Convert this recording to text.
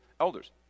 elders